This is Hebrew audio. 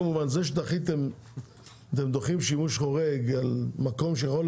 כמובן זה שאתם דוחים שימוש חורג על מקום שיכול